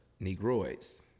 negroids